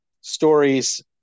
stories